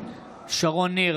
שרון ניר,